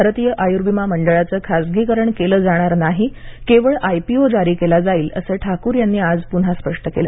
भारतीय आयुर्विमा मंडळाचं खासगीकरण केलं जाणार नाही केवळ आय पी ओ जारी केला जाईल असं ठाकूर यांनी आज पुन्हा स्पष्ट केलं